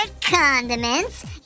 condiments